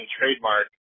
Trademark